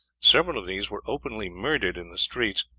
several of these were openly murdered in the streets,